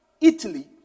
Italy